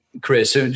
Chris